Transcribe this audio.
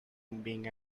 being